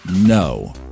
no